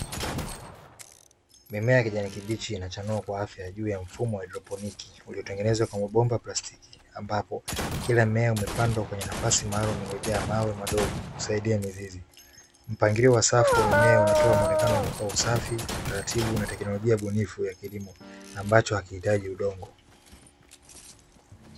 Mimea ya kijani kibichi inachanua kwa afya juu ya mfumo wa haidroponi uliotengenezea kwa mabomba ya plastiki, ambapo kila mmea umepandwa kwenye nafasi maalumu liyojaa mawe madogo kusaidia mizizi. Mpangilio wa safu wa mimema unatoa muonekane wa usafi, utaratibu na teknolojia bunifu ya kilimo ambacho hakihitaji udongo.